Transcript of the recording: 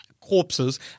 corpses